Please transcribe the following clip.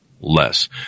less